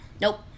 Nope